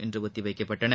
இன்றம் ஒத்திவைக்கப்பட்டன